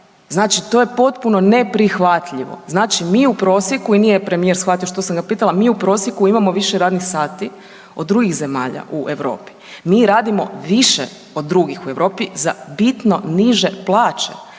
Znači to je potpuno neprihvatljivo. Znači mi u prosjeku i nije premijer shvatio što sam ga pitala, mi u prosjeku imamo više radnih sati od drugih zemalja u Europi. Mi radimo više od drugih u Europi za bitno niže plaće